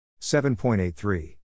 7.83